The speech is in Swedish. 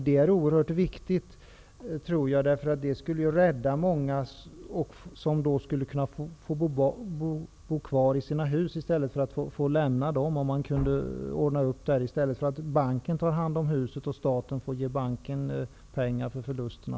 Det är oerhört viktigt, därför att det skulle kunna rädda många, som då kan bo kvar i sina hus, i stället för att banken tar hand om husen och staten får ge banken pengar för förlusterna.